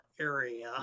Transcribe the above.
area